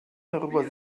darüber